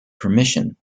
permission